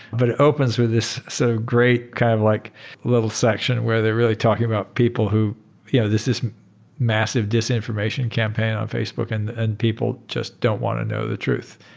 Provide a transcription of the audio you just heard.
but it opens with this so great kind of like little section where they're really talking about people who you know this is massive disinformation campaign on facebook and and people just don't want to know the truth.